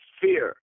fear